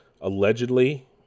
allegedly